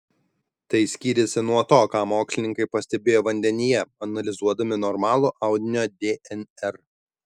tai skyrėsi nuo to ką mokslininkai pastebėjo vandenyje analizuodami normalų audinio dnr